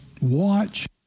Watch